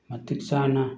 ꯃꯇꯤꯛ ꯆꯥꯅ